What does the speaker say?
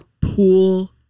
Pool